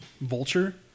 Vulture